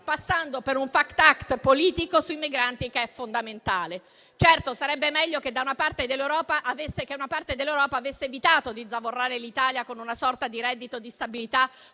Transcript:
passando per un "*fact act*" politico sui migranti, che è fondamentale. Certamente sarebbe meglio che una parte dell'Europa avesse evitato di zavorrare l'Italia con una sorta di reddito di stabilità,